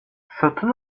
satın